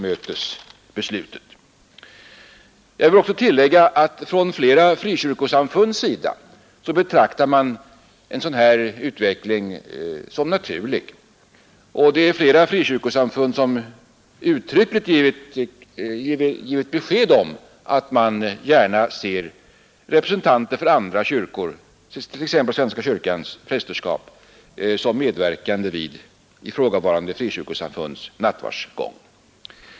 Jag vill också tillägga att man inom flera frikyrkosamfund betraktar en sådan här utveckling som naturlig. Flera frikyrkosamfund har uttryckligt givit besked om att man gärna ser representanter för andra kyrkor, t.ex. svenska kyrkans prästerskap, som medverkande vid ifrågavarande frikyrkosamfunds nattvardsgång.